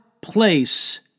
place